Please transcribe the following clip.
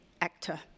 actor